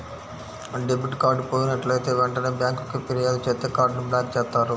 debit card పోయినట్లైతే వెంటనే బ్యేంకుకి ఫిర్యాదు చేత్తే కార్డ్ ని బ్లాక్ చేత్తారు